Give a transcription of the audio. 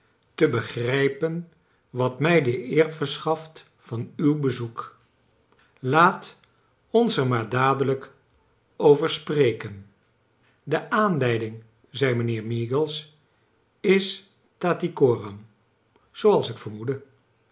te begrijpen wat mij de eer verse haft van uw bezoek laat ons er maar dadelijk over spreken de aanleiding zei mij nheerm eagles is tatty coram zooals ik vermoedde